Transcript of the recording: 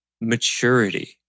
maturity